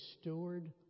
steward